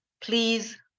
please